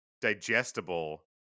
digestible